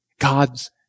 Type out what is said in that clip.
God's